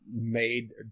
made